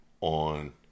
on